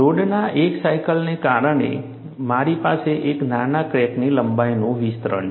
લોડના એક સાયકલને કારણે મારી પાસે એક નાના ક્રેક લંબાઈનું વિસ્તરણ છે